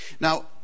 Now